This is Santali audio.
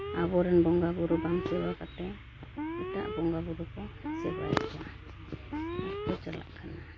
ᱟᱵᱚᱨᱮᱱ ᱵᱚᱸᱜᱟᱼᱵᱩᱨᱩ ᱵᱟᱝ ᱥᱮᱵᱟ ᱠᱟᱛᱮᱫ ᱮᱴᱟᱜ ᱵᱚᱸᱜᱟ ᱵᱩᱨᱩ ᱠᱚ ᱥᱮᱵᱟᱭᱮᱫ ᱠᱚᱣᱟ ᱟᱨᱠᱚ ᱪᱟᱞᱟᱜ ᱠᱟᱱᱟ